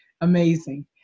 amazing